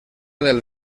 del